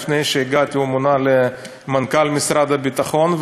לפני שהגעתי הוא מונה למנכ"ל משרד הביטחון,